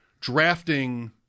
drafting